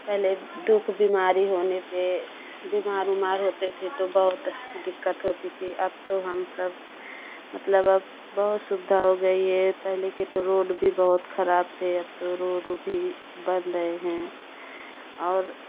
पहले दुख बीमारी होने पर बीमार उमार होते थे तो बहुत दिक्कत होती थी अब तो हम सब मतलब अब बहुत सुविधा हो गई है पहले के तो रोड भी बहुत खराब थी अब तो रोड उड भी बन रहे हैं और